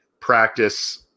practice